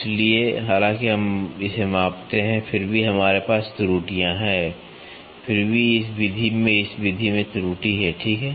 इसलिए हालांकि हम इसे मापते हैं फिर भी हमारे पास त्रुटियां हैं फिर भी इस विधि में इस विधि में त्रुटि है ठीक है